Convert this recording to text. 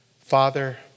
Father